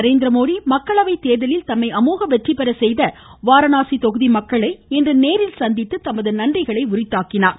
நரேந்திரமோதி மக்களவை தேர்தலில் தம்மை அமோக வெற்றிபெற செய்த வாரணாசி தொகுதி மக்களை இன்று நேரில் சந்தித்து நன்றிகளை உரித்தாக்கினார்